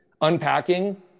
Unpacking